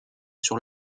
sur